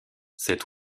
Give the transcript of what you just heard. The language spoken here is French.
cet